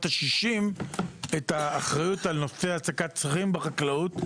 השישים את האחריות על נושא העסקת זרים בחקלאות,